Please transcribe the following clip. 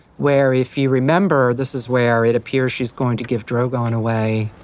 where, if you remember, this is where it appears she's going to give drogon away.